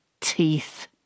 teeth